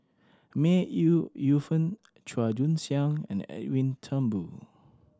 May Yu Fen Chua Joon Siang and Edwin Thumboo